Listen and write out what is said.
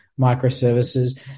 microservices